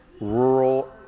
rural